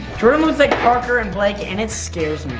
like parker and blake and it scares me.